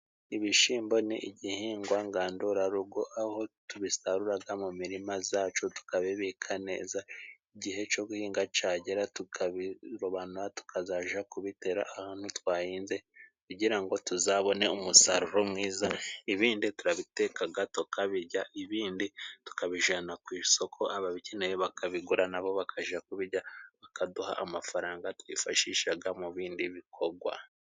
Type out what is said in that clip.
Ibishimbo ni igihingwa ngandurarugo aho tubisaruraga mu mirima zacu tukabibika neza igihe co guhinga cagera tukabirobana tukazaja kubitera ahantu twahinze kugira ngo tuzabone umusaruro mwiza ibindi turabitekaga tukabirya ibindi tukabijanana ku isoko ababikeneye bakabigura nabo bakaja kubija bakaduha amafaranga twifashishaga mu bindi bikogwa.